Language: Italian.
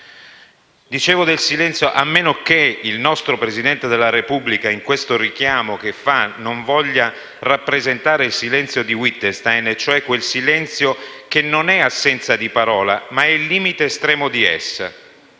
signora Presidente. A meno che il nostro Presidente della Repubblica in questo richiamo che fa non voglia rappresentare il silenzio di Wittgenstein, cioè quel silenzio che non è assenza di parola, ma è il limite estremo di essa.